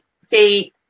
Say